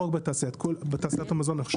לא רק בתעשיית המזון ,